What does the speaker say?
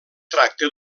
tracta